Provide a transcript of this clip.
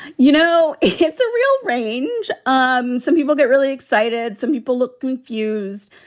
you know, it hits a real range. um some people get really excited. some people look confused.